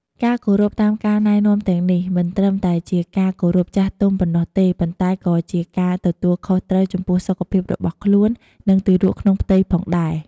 ការគោរពតាមការណែនាំទាំងនេះ មិនត្រឹមតែជាការគោរពចាស់ទុំប៉ុណ្ណោះទេ ប៉ុន្តែក៏ជាការទទួលខុសត្រូវចំពោះសុខភាពរបស់ខ្លួន និងទារកក្នុងផ្ទៃផងដែរ។